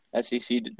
SEC